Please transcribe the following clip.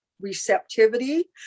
receptivity